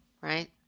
right